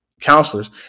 counselors